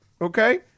Okay